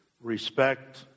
respect